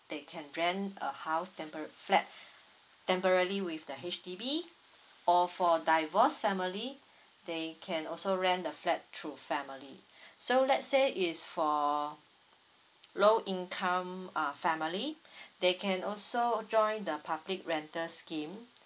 they can rent a house temporar~ flat temporarily with the H_D_B or for divorced family they can also rent the flat through family so let's say it's for low income uh family they can also join the public rental scheme